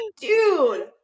Dude